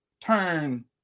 turn